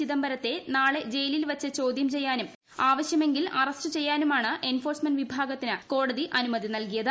ചിദംബരത്ത്ത് നാളെ ജയിലിൽ വച്ച് ചോദ്യം ചെയ്യാനും ആവശ്യമെങ്കിൽ അറസ്റ്റ് ചെയ്യാനുമാണ് എൻഫോഴ്സ്മെന്റ് വിഭാഗത്തിന് കോടതി അനുമതി നൽകിയത്